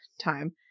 time